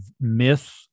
myth